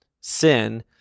sin